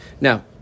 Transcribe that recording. Now